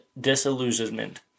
disillusionment